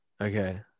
okay